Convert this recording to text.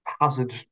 hazard